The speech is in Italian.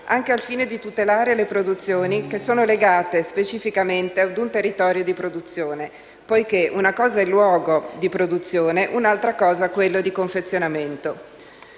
anche al fine di tutelare le produzioni legate specificamente ad un territorio di produzione poiché una cosa è il luogo di produzione, un'altra cosa quello del confezionamento.